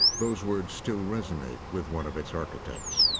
those words still resonate with one of its architects.